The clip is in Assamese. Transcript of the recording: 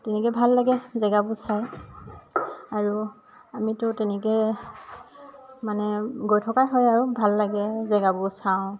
তেনেকে ভাল লাগে জেগাবোৰ চাই আৰু আমিতো তেনেকে মানে গৈ থকাই হয় আৰু ভাল লাগে জেগাবোৰ চাওঁ